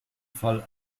fall